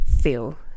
feel